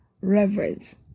reverence